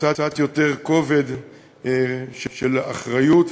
קצת יותר כובד של אחריות,